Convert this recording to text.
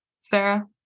Sarah